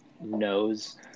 knows